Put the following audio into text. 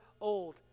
old